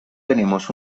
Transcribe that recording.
tenemos